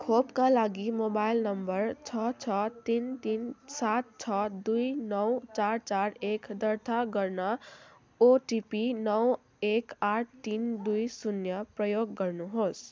खोपका लागि mobile number छ छ तिन तिन सात छ दुई नौ चार चार एक दर्ता गर्न ओटिपी नौ एक आठ तिन दुई शून्य प्रयोग गर्नुहोस्